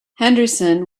henderson